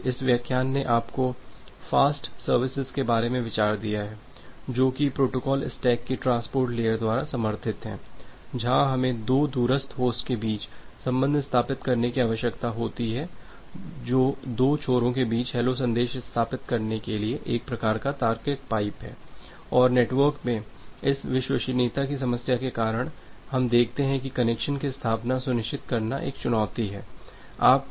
इसलिए इस व्याख्यान ने आपको फ़ास्ट सर्विसेस के बारे में विचार दिया है जो कि प्रोटोकॉल स्टैक की ट्रांसपोर्ट लेयर द्वारा समर्थित है जहां हमें दो दूरस्थ होस्ट के बीच संबंध स्थापित करने की आवश्यकता होती है जो दो छोरों के बीच हैलो संदेश स्थापित करने के लिए एक प्रकार का तार्किक पाइप है और नेटवर्क में इस विश्वसनीयता की समस्या के कारण हम देखते हैं कि कनेक्शन की स्थापना सुनिश्चित करना एक चुनौती है